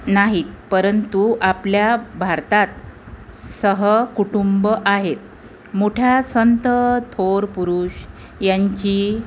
नाहीत परंतु आपल्या भारतात सहकुटुंब आहेत मोठ्या संत थोर पुरुष यांची